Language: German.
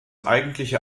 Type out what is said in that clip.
eigentliche